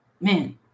man